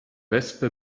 wespe